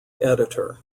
editor